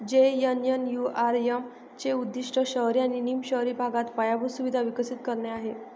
JNNURM चे उद्दीष्ट शहरी आणि निम शहरी भागात पायाभूत सुविधा विकसित करणे आहे